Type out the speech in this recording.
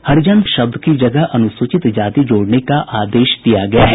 हरिजन शब्द की जगह अनुसूचित जाति जोड़ने का आदेश दिया गया है